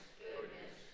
goodness